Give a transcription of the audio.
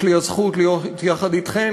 יש לי הזכות להיות יחד אתכן,